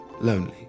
lonely